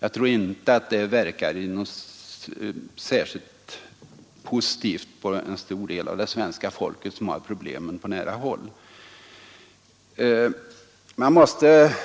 Jag tror inte att detta beteende verkar särskilt positivt på den stora del av det svenska folket som har problemen på nära Man måste